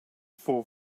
for